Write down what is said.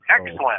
Excellent